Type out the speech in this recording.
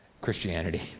Christianity